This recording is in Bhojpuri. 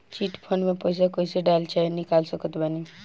चिट फंड मे पईसा कईसे डाल चाहे निकाल सकत बानी?